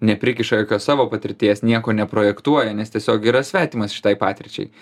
neprikiša jokios savo patirties nieko neprojektuoja nes tiesiog yra svetimas šitai patirčiai